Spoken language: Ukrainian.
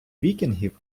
вікінгів